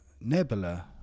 Nebula